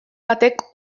batek